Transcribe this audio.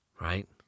right